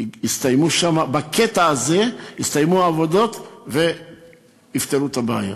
יסתיימו שם בקטע הזה העבודות ויפתרו את הבעיה.